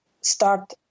start